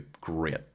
great